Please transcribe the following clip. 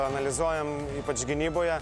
analizuojam ypač gynyboje